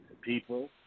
people